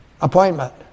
appointment